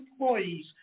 employees